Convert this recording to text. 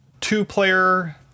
two-player